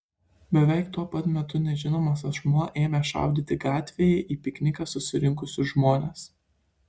beveik tuo pat metu nežinomas asmuo ėmė šaudyti gatvėje į pikniką susirinkusius žmones